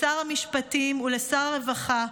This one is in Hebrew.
לשר המשפטים ולשר הרווחה,